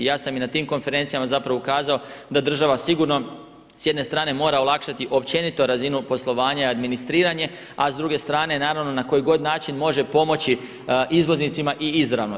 Ja sam i na tim konferencijama zapravo ukazao da država sigurno s jedne strane mora olakšati općenito razinu poslovanja i administriranje a s druge strane naravno na koji god način može pomoći izvoznicima i izravno.